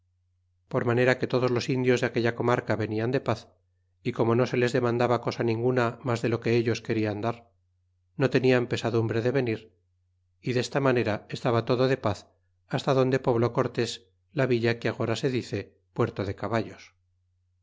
por manera que todos los indios de aquella comarca venian de paz y como no se les demandaba cosa ninguna mas de lo que ellos querian dar no tenian pesadumbre de venir y des ta manera estaba todo de paz hasta donde pobló cortés la villa que agora se dice puerto de caballos